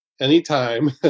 anytime